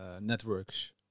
networks